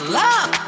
love